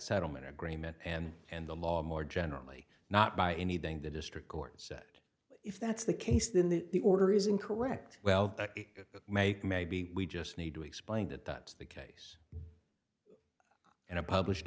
settlement agreement and and the law more generally not by anything the district court said if that's the case then the order is incorrect well make maybe we just need to explain that that's the case and a published